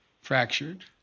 fractured